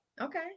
okay